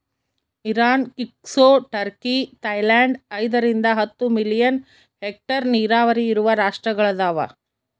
Iran ಕ್ಸಿಕೊ Turkey Thailand ಐದರಿಂದ ಹತ್ತು ಮಿಲಿಯನ್ ಹೆಕ್ಟೇರ್ ನೀರಾವರಿ ಇರುವ ರಾಷ್ಟ್ರಗಳದವ